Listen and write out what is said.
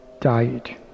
died